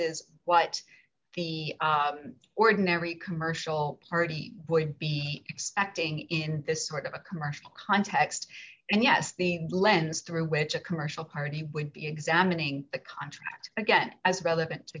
es what the ordinary commercial party boy be expecting in this sort of a commercial context and yes the lens through which a commercial party would be examining the contract again as relevant to